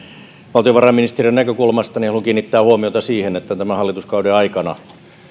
valtiovarainministeriön näkökulmasta haluan kiinnittää huomiota siihen että tämän hallituskauden aikana